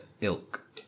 ilk